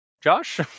Josh